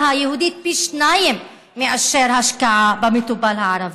היהודית היא פי שניים מאשר השקעה במטופל הערבי,